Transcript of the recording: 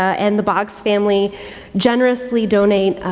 and the boggs family generously donate,